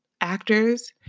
actors